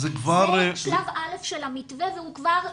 זה שלב א' של המתווה והוא כבר הושלם,